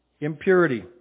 impurity